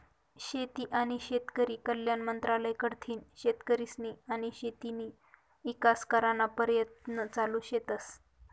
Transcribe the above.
शेती आनी शेतकरी कल्याण मंत्रालय कडथीन शेतकरीस्नी आनी शेतीना ईकास कराना परयत्न चालू शेतस